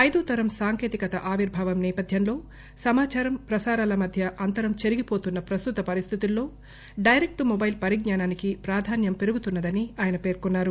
ఐదో తరం సాంకేతికత ఆవిర్బావం సేపథ్యంలో సమాచారం ప్రసారాల మధ్య అంతరం చెరిగిపోతున్న ప్రస్తుత పరిస్థితుల్లో డైరెక్ట్ టు మొబైల్ పరిజ్ఞానానికి ప్రాధాన్యం పెరుగుతున్నదని ఆయన పేర్కొన్నారు